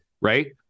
Right